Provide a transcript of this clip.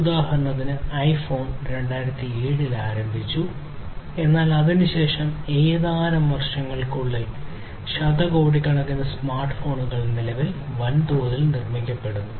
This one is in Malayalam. ഉദാഹരണത്തിന് ഐഫോൺ 2007 ൽ ആരംഭിച്ചു എന്നാൽ അതിനുശേഷം ഏതാനും വർഷങ്ങൾക്കുള്ളിൽ ശതകോടിക്കണക്കിന് സ്മാർട്ട്ഫോണുകൾ നിലവിൽ വൻതോതിൽ നിർമ്മിക്കപ്പെടുന്നു